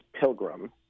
Pilgrim